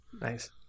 Nice